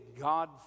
God